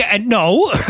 No